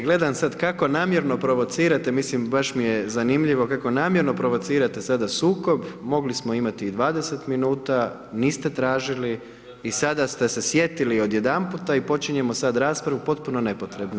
Gledam sada kako namjerno provocirate, mislim, baš mi je zanimljivo, kao namjerno provocirate sada sukob, mogli smo imati 20 min, niste tražili i sada ste se sjetili odjedanput i počinjemo sada raspravu potpuno nepotrebno.